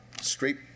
straight